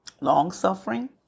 Long-suffering